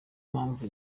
mpamvu